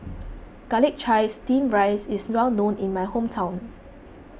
Garlic Chives Steamed Rice is well known in my hometown